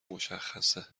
مشخصه